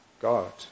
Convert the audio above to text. God